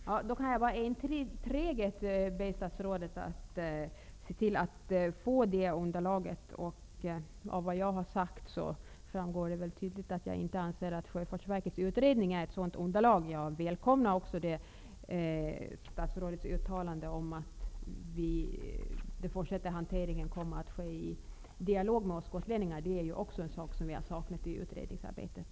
Fru talman! Jag kan då bara enträget be statsådet att se till att få det underlaget. Av vad jag har sagt framgår tydligt att jag inte anser att Sjöfartsverkets utredning är ett sådant underlag. Jag välkomnar statsrådets uttalande om att den fortsatta hanteringen kommer att ske i dialog med oss gotlänningar. Också det är något som vi saknat i utredningsarbetet.